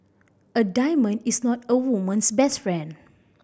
a diamond is not a woman's best friend